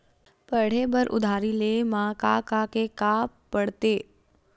पढ़े बर उधारी ले मा का का के का पढ़ते?